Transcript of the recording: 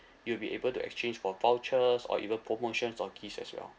you'll be able to exchange for vouchers or even promotions or gifts as well